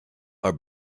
are